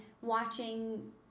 watching